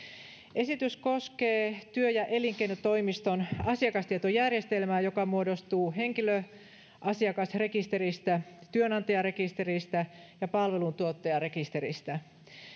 esitys koskee työ ja elinkeinotoimiston asiakastietojärjestelmää joka muodostuu henkilöasiakasrekisteristä työnantajarekisteristä ja palveluntuottajarekisteristä